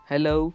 Hello